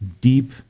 deep